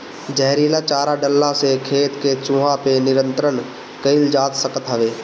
जहरीला चारा डलला से खेत के चूहा पे नियंत्रण कईल जा सकत हवे